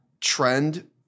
trend